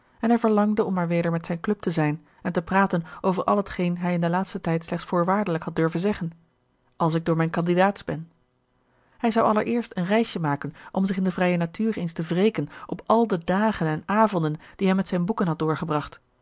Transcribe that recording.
en hij verlangde om maar weder met zijn club te zijn en te praten over al hetgeen hij in den laatsten tijd slechts voorwaardelijk had durven zeggen als ik door mijn kandidaats ben hij zou allereerst een reisje maken om zich in de vrije natuur eens te wreken op al de dagen en avonden die hij met zijne boeken had doorgebracht